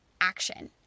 action